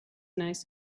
nice